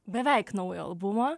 beveik naujo albumo